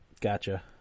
Gotcha